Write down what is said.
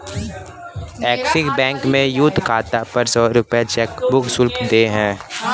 axis Bank में youth खाता पर सौ रूपये चेकबुक शुल्क देय है